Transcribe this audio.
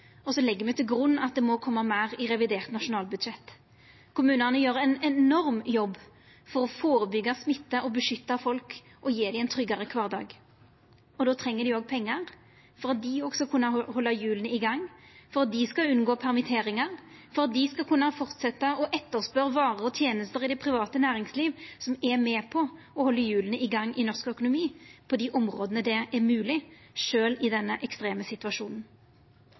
og fylka våre på 5 mrd. kr. Så legg me til grunn at det må koma meir i revidert nasjonalbudsjett. Kommunane gjer ein enorm jobb for å førebyggja smitte, beskytta folk og gje dei ein tryggare kvardag. Då treng dei pengar for at dei òg skal kunne halda hjula i gang, for at dei skal unngå permitteringar, og for at dei skal kunna fortsetja å etterspørja varer og tenester i det private næringslivet, som er med på å halda hjula i gang i norsk økonomi på dei områda det er mogleg, sjølv i denne ekstreme situasjonen.